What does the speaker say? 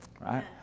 right